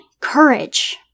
courage